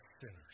sinners